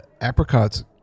apricots